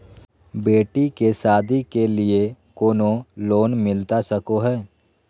बेटी के सादी के लिए कोनो लोन मिलता सको है?